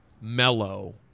mellow